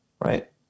Right